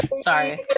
Sorry